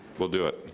we'll do it.